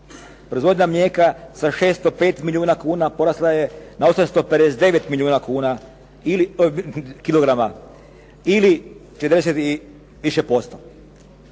Proizvodnja mlijeka sa 605 milijuna kuna porasla je na 859 milijuna kuna, kilograma, ili 40 i više posto.